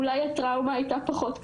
אולי הטראומה היתה פחות קשה.